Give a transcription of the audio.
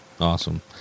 Awesome